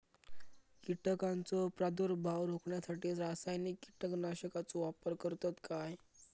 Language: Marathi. कीटकांचो प्रादुर्भाव रोखण्यासाठी रासायनिक कीटकनाशकाचो वापर करतत काय?